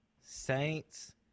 Saints